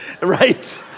right